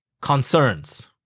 concerns